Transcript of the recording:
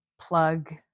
plug